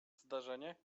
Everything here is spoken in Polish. zdarzenie